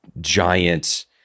giant